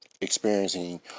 experiencing